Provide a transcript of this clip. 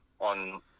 on